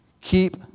Keep